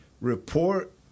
report